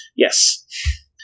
Yes